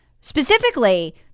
Specifically